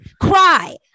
Cry